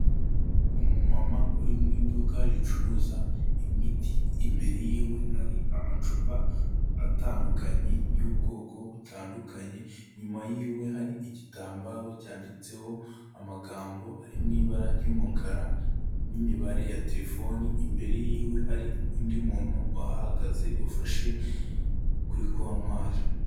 Umumama uri mu iduka ricuruza imiti, imbere y'iwe hari amacupa atandukanye y'ubwoko butandukanye. Inyuma y'iwe hari igitambaro cyanditseho amagambo ari mu ibara ry'umukara n'imibare ya telefoni. Imbere y'iwe hari undi muntu ahahagaze ufashe kuri kontwari.